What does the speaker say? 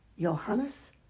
Johannes